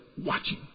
watching